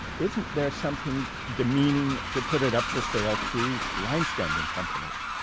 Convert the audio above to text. isn't there something demeaning to put it up for sale through line-standing companies?